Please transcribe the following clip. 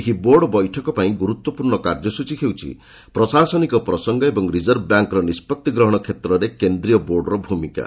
ଏହି ବୋର୍ଡ ବୈଠକ ପାଇଁ ଗୁରୁତ୍ୱପୂର୍ଣ୍ଣ କାର୍ଯ୍ୟସୂଚୀ ହେଉଛି ପ୍ରଶାସନିକ ପ୍ରସଙ୍ଗ ଏବଂ ରିଜର୍ଭ ବ୍ୟାଙ୍କ୍ର ନିଷ୍ପଭି ଗ୍ରହଣ କ୍ଷେତ୍ରରେ କେନ୍ଦ୍ରୀୟ ବୋର୍ଡର ଭୂମିକା